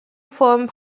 form